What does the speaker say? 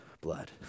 blood